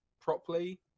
properly